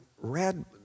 red